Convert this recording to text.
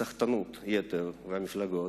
בסחטנות יתר מהמפלגות,